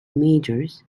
majors